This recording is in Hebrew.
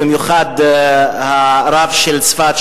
ובמיוחד הרב של צפת,